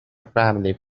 family